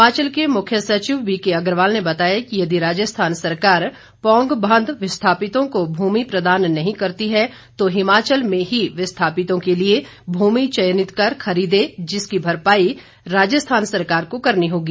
हिमाचल के मुख्य सचिव बीके अग्रवाल ने बताया कि यदि राजस्थान सरकार पौंग बांध विस्थापितों को भूमि प्रदान नही करती है तो हिमाचल में ही विस्थापितों के लिए भूमि चयनित कर खरीदे जिसकी भरपाई राजस्थान सरकार को करनी होगी